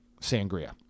sangria